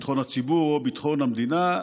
ביטחון הציבור או ביטחון המדינה,